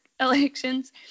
elections